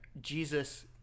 Jesus